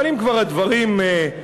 אבל אם כבר הדברים עלו,